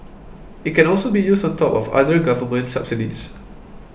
it can also be used on top of other government subsidies